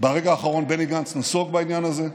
ברגע האחרון בני גנץ נסוג בעניין הזה.